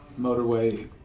motorway